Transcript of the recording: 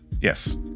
Yes